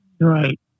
Right